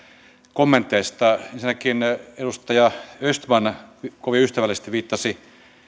kommenteista ensinnäkin edustaja östman kovin ystävällisesti viittasi